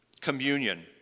Communion